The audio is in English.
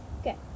Okay